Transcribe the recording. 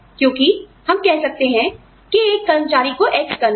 क्योंकि हम कह सकते हैं कि एक कर्मचारी को X करना है